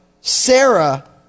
Sarah